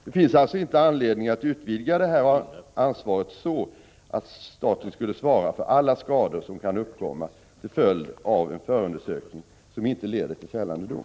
Det finns alltså inte anledning att utvidga detta ansvar så att staten skulle svara för alla skador som kan uppkomma till följd av en förundersökning som inte leder till fällande dom.